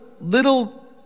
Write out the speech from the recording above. little